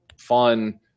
fun